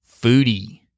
foodie